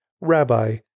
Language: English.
Rabbi